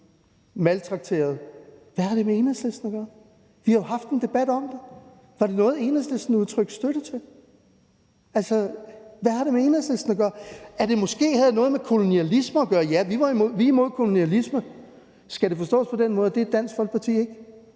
maltrakteret. Hvad har det med Enhedslisten at gøre? Vi har jo haft en debat om det. Var det noget, Enhedslisten udtrykte støtte til? Altså, hvad har det med Enhedslisten at gøre? Måske havde det noget med kolonialisme at gøre, og ja, vi er imod kolonialisme. Men skal det forstås på den måde, at det er Dansk Folkeparti ikke?